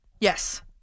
Yes